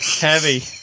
Heavy